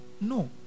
No